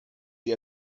sie